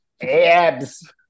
abs